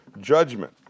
judgment